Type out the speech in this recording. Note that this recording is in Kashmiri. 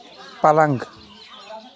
پلنٛگ